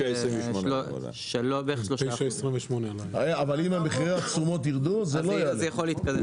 בערך 3%. אבל אם מחירי התשומות יירדו זה לא יעלה.